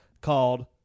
called